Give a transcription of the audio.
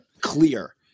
clear